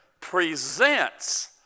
presents